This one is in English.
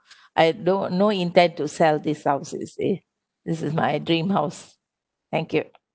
I don't no intend to sell this house you see this is my dream house thank you